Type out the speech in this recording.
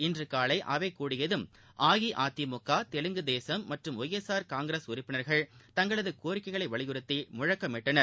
இன்று காலை அவை கூடியதும் அஇஅதிமுக தெலுங்கு தேசம் மற்றும் ஒய்எஸ்ஆர் காங்கிரஸ் உறுப்பினர்கள் தங்களது கோரிக்கைகளை வலியுறுத்தி முழக்கமிட்டனர்